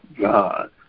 God